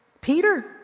Peter